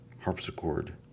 harpsichord